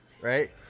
Right